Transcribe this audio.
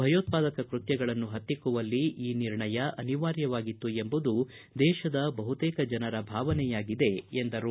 ಭಯೋತ್ಪಾದಕ ಕೃತ್ತಗಳನ್ನು ಪತ್ತಿಕ್ಕುವಲ್ಲಿ ಈ ನಿರ್ಣಯ ಅನಿವಾರ್ಯವಾಗಿತ್ತು ಎಂಬುದು ದೇಶದ ಬಹುತೇಕ ಜನರ ಭಾವನೆಯಾಗಿದೆ ಎಂದರು